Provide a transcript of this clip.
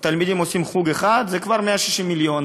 בחוג אחד, זה כבר 160 מיליון.